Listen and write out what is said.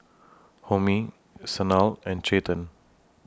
Homi Sanal and Chetan